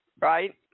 right